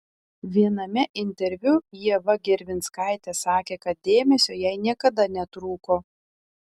viename interviu ieva gervinskaitė sakė kad dėmesio jai niekada netrūko